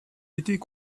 était